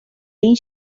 این